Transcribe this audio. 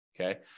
okay